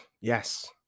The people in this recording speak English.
yes